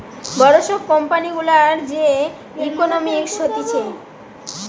বড় সব কোম্পানি গুলার যে ইকোনোমিক্স হতিছে